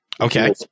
Okay